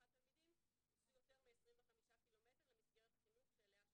תלמידים הוסעו יותר מ-25 ק"מ למסגרת החינוך שאליה שובצו.